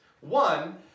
One